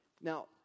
Now